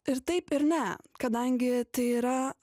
ir taip ir ne kadangi tai yra